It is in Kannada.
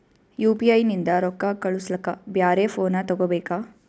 ಯು.ಪಿ.ಐ ನಿಂದ ರೊಕ್ಕ ಕಳಸ್ಲಕ ಬ್ಯಾರೆ ಫೋನ ತೋಗೊಬೇಕ?